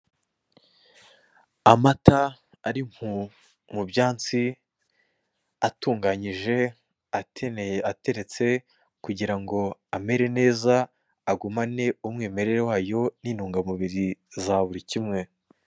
Amata ari mu byansi atunganyije ateretse kugira ngo amere neza agumane umwimirere wayo n'intungamubiri za buri kumwe.